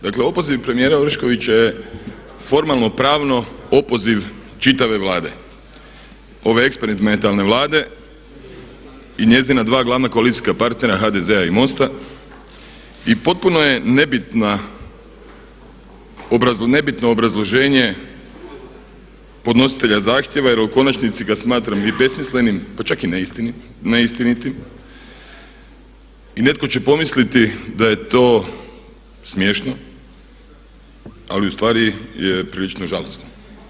Dakle, opoziv premijera Oreškovića je formalno pravno opoziv čitave Vlade, ove eksperimentalne Vlade i njezina dva glavna koalicijska partnera HDZ- i MOST-a i potpuno je nebitno obrazloženje podnositelja zahtjeva, jer u konačnici ga smatram i besmislenim, pa čak i neistinitim i netko će pomisliti da je to smiješno, ali u stvari prilično žalosno.